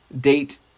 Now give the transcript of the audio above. date